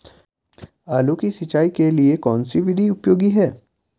आलू की सिंचाई के लिए कौन सी विधि उपयोगी है?